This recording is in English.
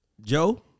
Joe